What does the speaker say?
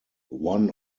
one